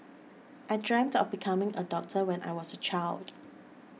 I dreamt of becoming a doctor when I was a child